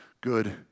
good